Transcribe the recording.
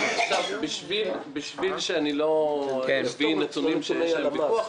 בשביל שלא אביא נתונים שיש עליהם ויכוח,